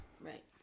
Right